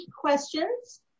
questions